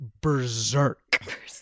berserk